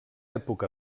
època